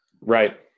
Right